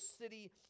city